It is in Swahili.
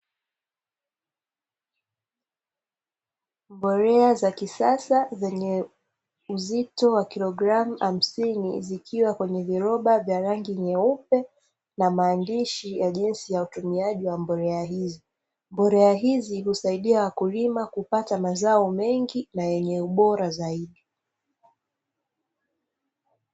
Mbolea za kisasa zenye uzito wa kilogramu hamsini, zikiwa kwenye viroba vya rangi nyeupe na maandishi ya jinsi ya utumiaji wa mbolea hizi. Mbolea hizi husaidia wakulima kupata mazao mengi na yenye ubora zaidi.